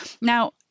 Now